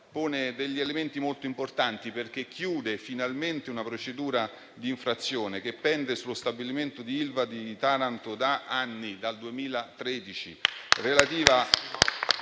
pone degli elementi molto importanti, perché chiude finalmente una procedura d'infrazione che pende sullo stabilimento Ilva di Taranto dal 2013